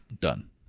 done